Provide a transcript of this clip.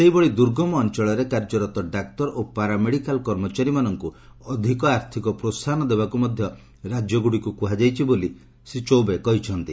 ସେହିଭଳି ଦୁର୍ଗମ ଅଞ୍ଚଳରେ କାର୍ଯ୍ୟରତ ଡାକ୍ତର ଓ ପାରାମେଡ଼ିକାଲ କର୍ମଚାରୀମାନଙ୍କୁ ଅଧିକ ଆର୍ଥିକ ପ୍ରୋସାହନ ଦେବାକୁ ମଧ୍ୟ ରାଜ୍ୟଗୁଡ଼ିକୁ କୁହାଯାଇଛି ବୋଲି ଶ୍ରୀ ଚୌବେ କହିଛନ୍ତି